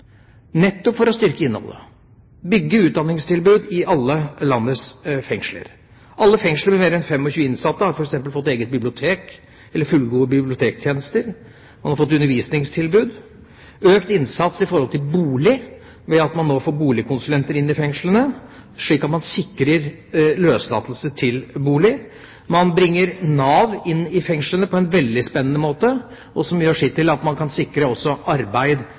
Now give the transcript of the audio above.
nettopp for å styrke innhold og utdanningstilbud i alle landets fengsler. Alle fengsler med mer enn 25 innsatte har f.eks. fått eget bibliotek eller fullgode bibliotektjenester. Man har fått undervisningstilbud. Vi har også økt innsatsen når det gjelder bolig, ved at man nå får boligkonsulenter inn i fengslene, og slik sikrer løslatte bolig. Man bringer Nav inn i fengslene på en veldig spennende måte, noe som gjør sitt til at man også kan sikre løslatte arbeid.